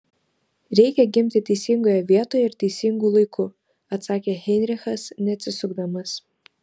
reikia gimti teisingoje vietoje ir teisingu laiku atsakė heinrichas neatsisukdamas